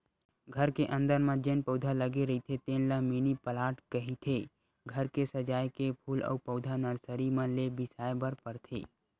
घर के अंदर म जेन पउधा लगे रहिथे तेन ल मिनी पलांट कहिथे, घर के सजाए के फूल अउ पउधा नरसरी मन ले बिसाय बर परथे